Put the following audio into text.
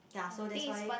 ya so that's why